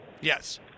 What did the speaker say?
Yes